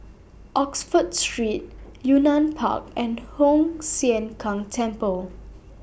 Oxford Street Yunnan Park and Hoon Sian Keng Temple